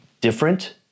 different